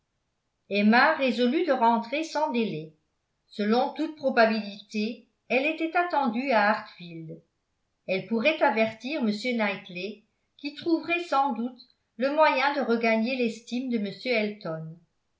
emma résolut de rentrer sans délai selon toute probabilité elle était attendue à hartfield elle pourrait avertir m knightley qui trouverait sans doute le moyen de regagner l'estime de m elton